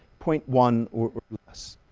point one or less.